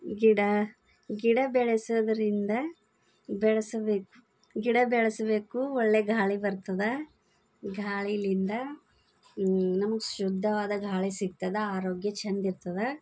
ಗಿಡ ಗಿಡ ಬೆಳೆಸೋದರಿಂದ ಬೆಳೆಸಬೇಕು ಗಿಡ ಬೆಳೆಸ್ಬೇಕು ಒಳ್ಳೆಯ ಗಾಳಿ ಬರ್ತದೆ ಗಾಳಿಯಿಂದ ನಮಗ್ ಶುದ್ಧವಾದ ಗಾಳಿ ಸಿಗ್ತದೆ ಆರೋಗ್ಯ ಚೆಂದ ಇರ್ತದೆ